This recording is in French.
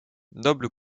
noble